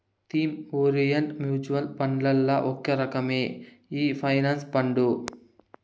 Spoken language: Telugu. థీమ్ ఓరిఎంట్ మూచువల్ ఫండ్లల్ల ఒక రకమే ఈ పెన్సన్ ఫండు